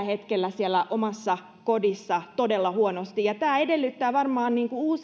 hetkellä voivat siellä omassa kodissa todella huonosti ja tämä edellyttää varmaan